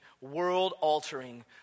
world-altering